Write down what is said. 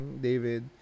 David